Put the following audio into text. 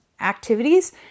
activities